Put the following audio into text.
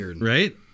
Right